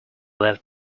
left